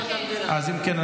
ביקורת המדינה, כן.